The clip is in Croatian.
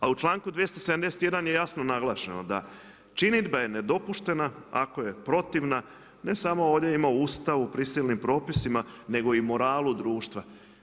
A u članku 271. je jasno naglašeno da činidba je nedopuštena ako je protivna ne samo … po Ustavu prisilnim propisima, nego i moralu društva.